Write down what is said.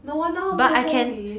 no wonder 他们没有 hold 你